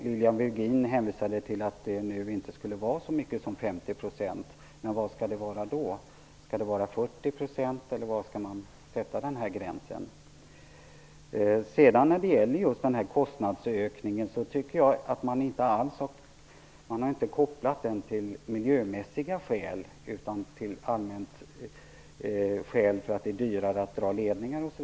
Lilian Virgin hänvisade till att det nu inte skall vara så mycket som 50 %. Men vad skall det vara då, 40 %? Var skall man sätta gränsen? Man har inte heller kopplat den här kostnadsökningen till miljömässiga skäl utan till allmänna skäl, t.ex. att det är dyrare att dra ledningar.